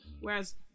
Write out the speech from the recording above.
whereas